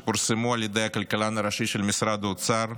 שפורסמו על ידי הכלכלן הראשי של משרד האוצר,